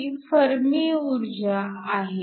ही Fermi ऊर्जा आहे